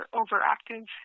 overactive